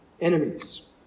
enemies